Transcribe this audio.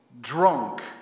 drunk